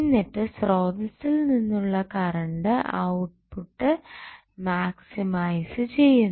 എന്നിട്ട് സ്രോതസ്സിൽ നിന്നുള്ള കറണ്ട് ഔട്ട്പുട്ട് മാക്സിമൈസ്സ് ചെയ്യുന്നു